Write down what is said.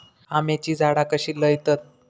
आम्याची झाडा कशी लयतत?